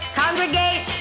congregate